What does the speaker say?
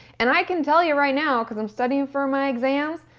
and i can tell you right now, cause i'm studying for my exams,